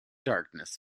darkness